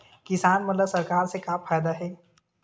किसान मन ला सरकार से का फ़ायदा हे?